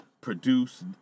produce